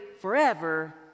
forever